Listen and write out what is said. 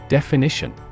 Definition